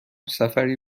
سفری